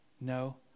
No